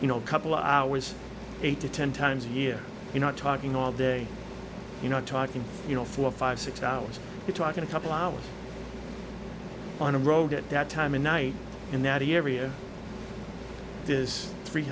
you know a couple hours eight to ten times a year you're not talking all day you know talking you know four five six hours you're talking a couple hours on a road at that time of night in that area is three